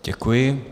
Děkuji.